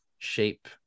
shape